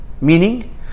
Meaning